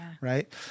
right